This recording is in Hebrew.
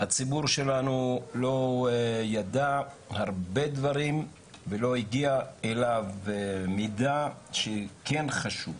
הציבור שלנו לא ידע הרבה דברים ולא הגיע אליו מידע שכן חשוב.